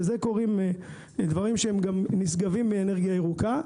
לזה קוראים דברים שהם גם נשגבים מאנרגיה ירוקה.